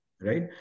Right